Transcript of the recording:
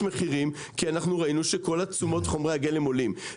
מחירים כי אנחנו ראינו שכל תשומות חומרי הגלם עולים.